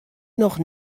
noch